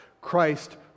Christ